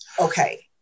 Okay